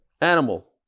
animal